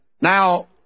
Now